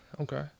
Okay